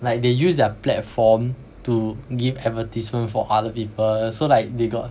like they use their platform to give advertisement for other people so like they got